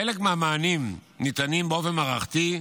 חלק מהמענים ניתנים באופן מערכתי,